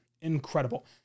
incredible